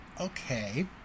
okay